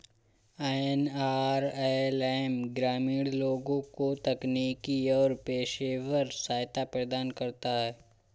NRLM ग्रामीण लोगों को तकनीकी और पेशेवर सहायता प्रदान करता है